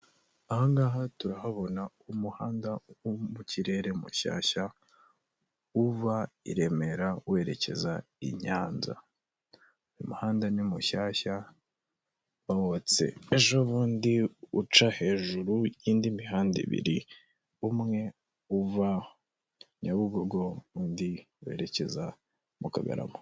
Aha ngaha turahabona umuhanda wo mu kirere mushyashya uva i Remera werekeza i Nyanza. Uyu muhanda ni mushyashya. Bawubatse ejobundi uca hejuru y'indi mihanda ibiri, umwe uva Nyabugogo undi werekeza mu Kagarama.